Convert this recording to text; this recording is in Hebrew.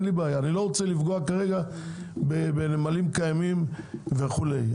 אני לא רוצה לפגוע כרגע בנמלים קיימים וכולי.